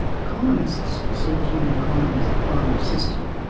economists see the human economy as the primary system